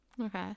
Okay